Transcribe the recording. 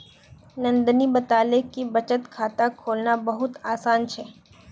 नंदनी बताले कि बचत खाता खोलना बहुत आसान छे